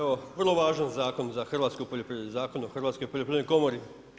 Vrlo važan zakon za Hrvatsku poljoprivredu, Zakon o Hrvatskoj poljoprivrednoj komori.